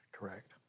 Correct